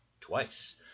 Twice